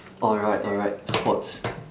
alright alright sports